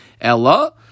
Ella